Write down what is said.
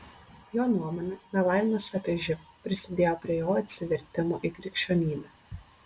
jo nuomone melavimas apie živ prisidėjo prie jo atsivertimo į krikščionybę